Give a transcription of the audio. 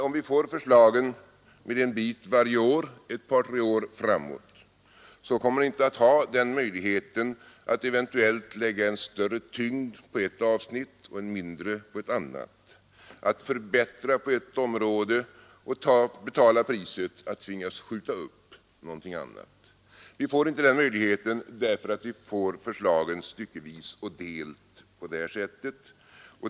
Om vi får förslagen med en bit varje år ett par tre år framåt kommer vi inte att ha den möjligheten att lägga en större tyngd på ett avsnitt och en mindre på ett annat, att förbättra på ett område och betala priset att tvingas skjuta upp något annat. Vi får inte den möjligheten, därför att vi får förslagen styckevis och delt på det här sättet.